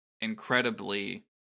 incredibly